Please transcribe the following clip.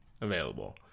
available